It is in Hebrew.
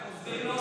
עוזבים.